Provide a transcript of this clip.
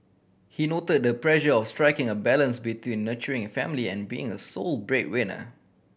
he noted the pressure of striking a balance between nurturing a family and being a sole breadwinner